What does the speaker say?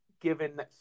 given